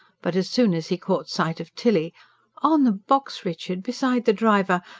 but as soon as he caught sight of tilly on the box, richard, beside the driver,